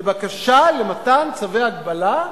לבקשה למתן צווי הגבלה,